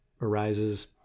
arises